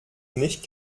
nicht